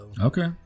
Okay